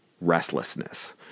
restlessness